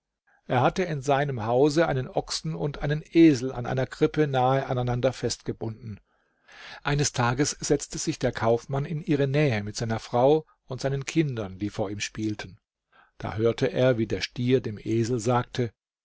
er hatte in seinem hause einen ochsen und einen esel an einer krippe nahe aneinander festgebunden eines tages setzte sich der kaufmann in ihre nähe mit seiner frau und seinen kindern die vor ihm spielten da hörte er wie der stier dem esel sagte